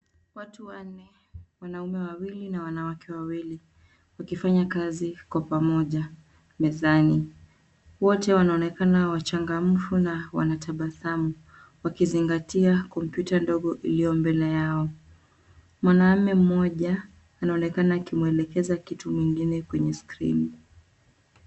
Watu wanne, wanaume wawili, na wanawake wawili, wakifanya kazi, kwa pamoja, mezani. Wote wanaonekana wachangamfu, na wanatabasamu, wakizingatia, kompyuta ndogo iliyo mbele yao. Mwanaume mmoja, anaonekana akimwelekeza kitu mwingine kwenye skrini.